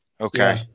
Okay